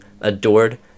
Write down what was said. adored